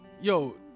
yo